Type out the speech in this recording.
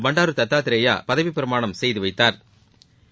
பண்டாரு தத்தாரேய்யா பதவிப்பிரமாணம் செய்து வைத்தாா்